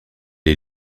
est